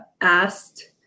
asked